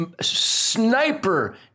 sniper